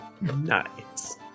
Nice